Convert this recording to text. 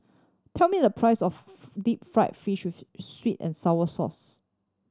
tell me the price of deep fried fish sweet and sour sauce